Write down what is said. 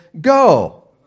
Go